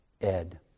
Ed